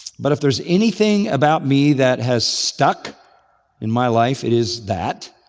but if there's anything about me that has stuck in my life, it is that,